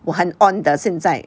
我很 on 的现在